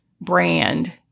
brand